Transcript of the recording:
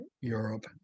Europe